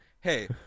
Hey